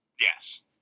Yes